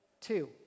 two